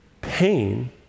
pain